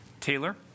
Taylor